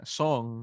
song